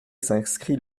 s’inscrit